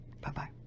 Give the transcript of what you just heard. bye-bye